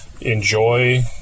enjoy